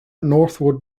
northward